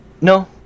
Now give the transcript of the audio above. No